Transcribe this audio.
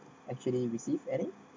actually receive any